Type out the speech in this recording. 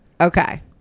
Okay